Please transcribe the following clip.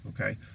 okay